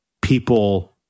people